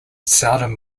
seldom